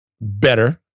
better